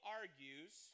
argues